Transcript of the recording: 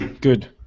good